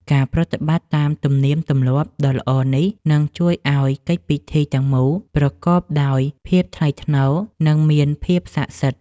ការប្រតិបត្តិតាមទំនៀមទម្លាប់ដ៏ល្អនេះនឹងជួយឱ្យកិច្ចពិធីទាំងមូលប្រកបដោយភាពថ្លៃថ្នូរនិងមានភាពស័ក្តិសិទ្ធិ។